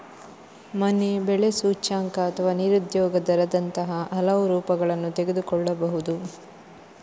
ಮನೆ ಬೆಲೆ ಸೂಚ್ಯಂಕ ಅಥವಾ ನಿರುದ್ಯೋಗ ದರದಂತಹ ಹಲವು ರೂಪಗಳನ್ನು ತೆಗೆದುಕೊಳ್ಳಬಹುದು